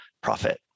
profit